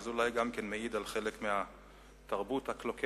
וזה אולי גם מעיד על חלק מהתרבות הקלוקלת.